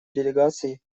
делегаций